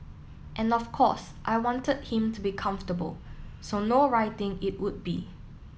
and of course I wanted him to be comfortable so no writing it would be